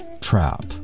trap